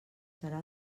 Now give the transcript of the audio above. serà